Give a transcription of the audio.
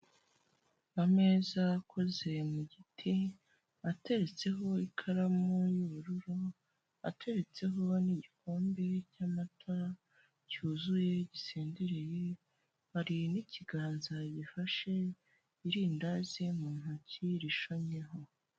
Ameza akoze mu giti ateretseho ikaramu y'ubururu, ateretseho n'igikombe cy'amata, cyuzuye gisendereye, hari n'ikiganza gifashe irindazi mu ntoki rishonyeho.